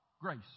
grace